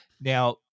Now